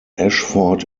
ashford